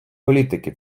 політики